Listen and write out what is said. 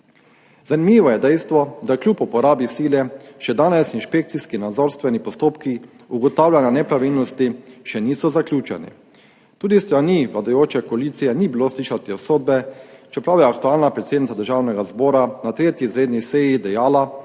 Zanimivo je dejstvo, da kljub uporabi sile še danes inšpekcijski nadzorstveni postopki ugotavljanja nepravilnosti še niso zaključeni. Tudi s strani vladajoče koalicije ni bilo slišati obsodbe, čeprav je aktualna predsednica Državnega zbora na 3. izredni seji dejala,